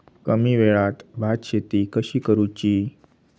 कमी वेळात भात शेती कशी करुची?